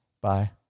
Bye